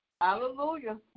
Hallelujah